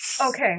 Okay